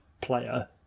player